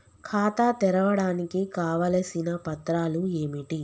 ఖాతా తెరవడానికి కావలసిన పత్రాలు ఏమిటి?